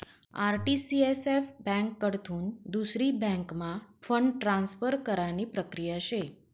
RTCSF ब्यांककडथून दुसरी बँकम्हा फंड ट्रान्सफर करानी प्रक्रिया शे